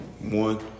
One